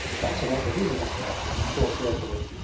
right enough it is an abrek! he thought joyfully,